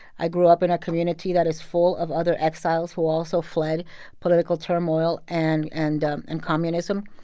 i grew up in a community that is full of other exiles who also fled political turmoil and and um and communism.